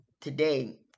today